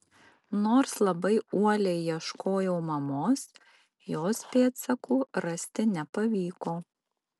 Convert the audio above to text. nors labai uoliai ieškojau mamos jos pėdsakų rasti nepavyko